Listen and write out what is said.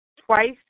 twice